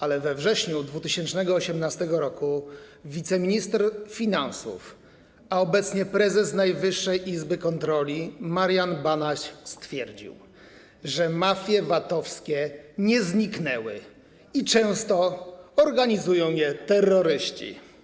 Ale we wrześniu 2018 r. wiceminister finansów, a obecnie prezes Najwyższej Izby Kontroli Marian Banaś stwierdził, że mafie VAT-owskie nie zniknęły i że często organizują je terroryści.